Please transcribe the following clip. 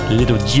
little